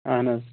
اَہن حظ